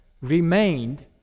remained